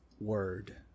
word